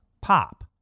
pop